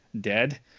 dead